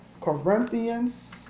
Corinthians